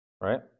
Right